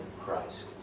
Christ